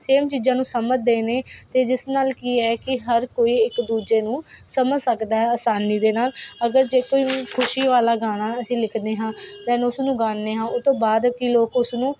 same ਚੀਜ਼ਾਂ ਨੂੰ ਸਮਝਦੇ ਨੇ ਅਤੇ ਜਿਸ ਨਾਲ ਕੀ ਹੈ ਕਿ ਹਰ ਕੋਈ ਇੱਕ ਦੂਜੇ ਨੂੰ ਸਮਝ ਸਕਦਾ ਹੈ ਆਸਾਨੀ ਦੇ ਨਾਲ ਅਗਰ ਜੇ ਕੋਈ ਖੁਸ਼ੀ ਵਾਲਾ ਗਾਣਾ ਅਸੀਂ ਲਿਖਦੇ ਹਾਂ ਦੈਨ ਉਸਨੂੰ ਗਾਉਂਦੇ ਹਾਂ ਉਹਤੋਂ ਬਾਅਦ ਕਿ ਲੋਕ ਉਸਨੂੰ